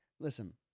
Listen